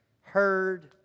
heard